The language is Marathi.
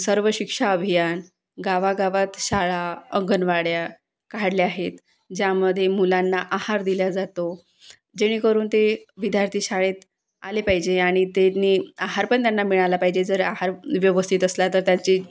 सर्व शिक्षा अभियान गावागावात शाळा अंगणवाड्या काढल्या आहेत ज्यामध्ये मुलांना आहार दिला जातो जेणेकरून ते विद्यार्थी शाळेत आले पाहिजे आणि त्यांनी आहार पण त्यांना मिळाला पाहिजे जर आहार व्यवस्थित असला तर त्याची